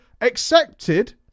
accepted